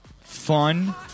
fun